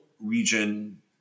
Region